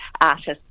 artists